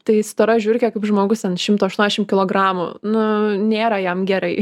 tai stora žiurkė kaip žmogus ant šimto aštuoniasdešim kilogramų nu nėra jam gerai